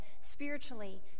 spiritually